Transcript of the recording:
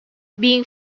being